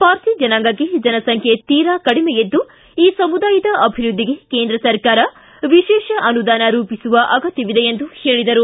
ಪಾರ್ಸಿ ಜನಾಂಗದ ಜನಸಂಖ್ಯೆ ತೀರಾ ಕಡಿಮೆಯಿದ್ದು ಈ ಸಮುದಾಯದ ಅಭಿವೃದ್ಧಿಗೆ ಕೇಂದ್ರ ಸರ್ಕಾರ ವಿಶೇಷ ಅನುದಾನ ರೂಪಿಸುವ ಅಗತ್ಯವಿದೆ ಎಂದು ಹೇಳಿದರು